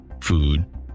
food